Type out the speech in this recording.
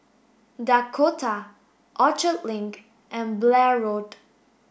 Dakota Orchard Link and Blair Road